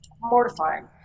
mortifying